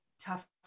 tough